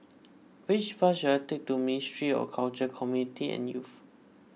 which bus should I take to Ministry of Culture Community and Youth